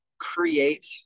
create